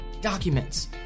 documents